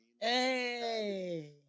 Hey